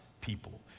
people